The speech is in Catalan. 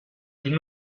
tinc